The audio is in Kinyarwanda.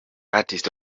artist